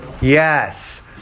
Yes